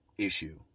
issue